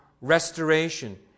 restoration